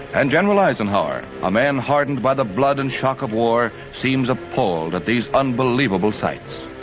and general eisenhower, a man hardened by the blood and shock of war, seems appalled at these unbelievable sights.